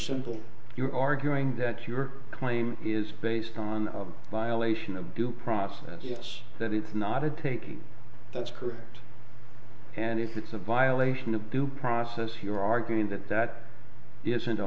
simple you're arguing that your claim is based on violation of due process that it's not a taking that's correct and if it's a violation of due process you're arguing that that isn't a